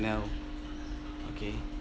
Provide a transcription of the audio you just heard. canal okay